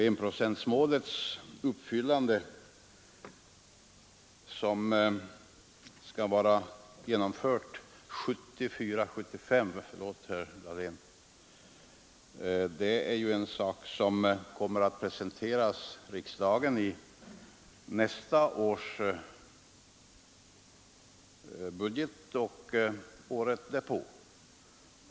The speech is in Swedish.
Enprocentsmålet — som skall vara uppfyllt budgetåret 1974/75, förlåt herr Dahlén — är en fråga som kommer att presenteras riksdagen i statsverkspropositionen nästa år.